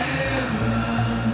heaven